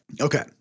Okay